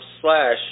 slash